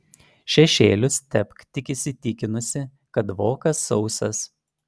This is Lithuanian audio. šešėlius tepk tik įsitikinusi kad vokas sausas